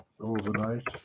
overnight